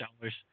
dollars